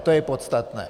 To je podstatné.